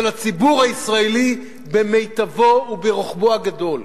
של הציבור הישראלי במיטבו וברוחבו הגדול,